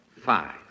five